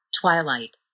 Twilight